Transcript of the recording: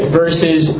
versus